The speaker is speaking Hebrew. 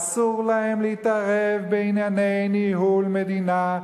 אסור להם להתערב בענייני ניהול מדינה,